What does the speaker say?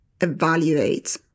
evaluate